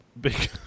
big